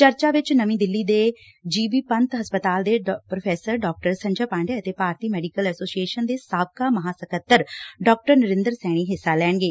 ਚਰਚਾ ਵਿਚ ਨਵੀਂ ਦਿੱਲੀ ਦੇ ਜੀ ਬੀ ਪੰਡ ਹਸਪਤਾਲ ਦੇ ਪ੍ਰੋਫੈਸਰ ਡਾ ਸੰਜੇ ਪਾਂਡੇ ਅਤੇ ਭਾਰਤੀ ਮੈਡੀਕਲ ਐਸੋਸੀਏਸ਼ਨ ਦੇ ਸਾਬਕਾ ਮਹਾ ਸਕੱਤਰ ਡਾ ਨਰਿੰਦਰ ਸੈਣੀ ਹਿੱਸਾ ਲੈਣਗੇ